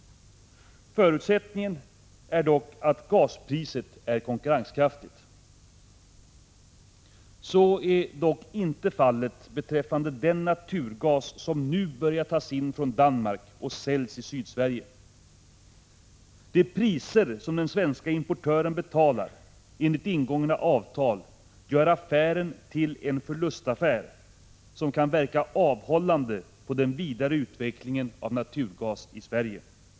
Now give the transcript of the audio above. Förutsättningen är dock att gaspriset är konkurrenskraftigt. Så är emellertid inte fallet beträffande den naturgas som nu börjat tas in från Danmark och säljas i Sydsverige. De priser som den svenske importören betalar enligt ingångna avtal gör detta till en förlustaffär som kan verka dämpande på den vidare utvecklingen av naturgas i Sverige.